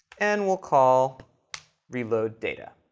and we'll call reload data.